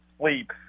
sleep